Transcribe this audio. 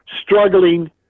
struggling